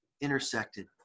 intersected